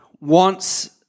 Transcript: wants